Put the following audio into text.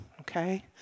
okay